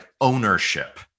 ownership